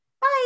bye